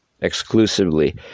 exclusively